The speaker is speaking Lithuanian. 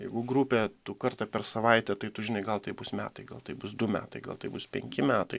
jeigu grupė tu kartą per savaitę tai tu žinai gal tai bus metai gal taip bus du metai gal tai bus penki metai